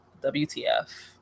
WTF